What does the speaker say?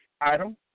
Item